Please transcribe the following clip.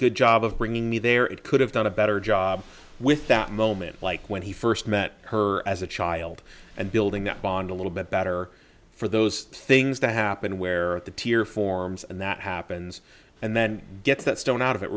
good job of bringing me there it could have done a better job with that moment like when he first met her as a child and building that bond a little bit better for those things that happen where the tear forms and that happens and then gets that stone out of it